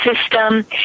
system